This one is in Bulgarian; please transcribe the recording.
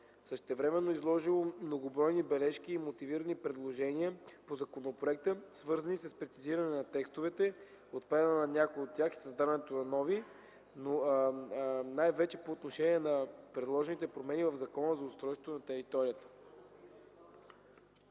Същевременно е изложило многобройни бележки и мотивирани предложения по законопроекта, свързани с прецизиране на текстовете, отпадане на някои от тях и създаването на нови, най-вече по отношение на предложените промени в Закона за устройство на територията.